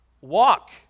Walk